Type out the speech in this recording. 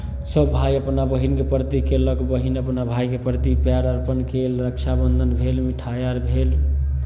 सभ भाय अपना बहिनके प्रति कयलक बहिन अपना भायके प्रति प्यार अर्पण कयल रक्षाबन्धन भेल मिठाइ आर भेल